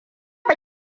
ba